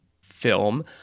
film